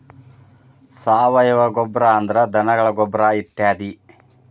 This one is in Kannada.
ಸಾವಯುವ ಗೊಬ್ಬರಾ ಅಂದ್ರ ಧನಗಳ ಗೊಬ್ಬರಾ ಇತ್ಯಾದಿ